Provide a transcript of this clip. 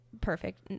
Perfect